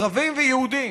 ערבים ויהודים,